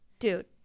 Dude